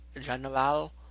General